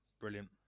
Brilliant